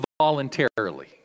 voluntarily